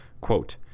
Quote